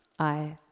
aye.